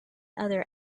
other